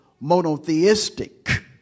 monotheistic